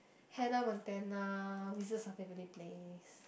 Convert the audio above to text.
Hannah-Montana Wizards-of-Waverly-Place